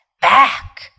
Back